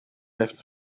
heeft